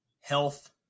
health